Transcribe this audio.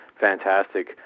fantastic